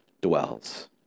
dwells